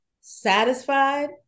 satisfied